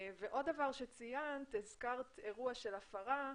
דבר נוסף שציינת, הזכרת אירוע של הפרה,